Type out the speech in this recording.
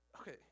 Okay